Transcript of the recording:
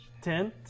Ten